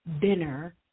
dinner